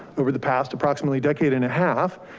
over the past, approximately decade and a half.